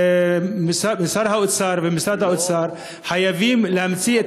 שר האוצר ומשרד האוצר חייבים להמציא את